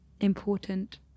important